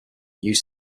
used